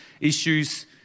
issues